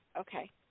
okay